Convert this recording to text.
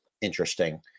Interesting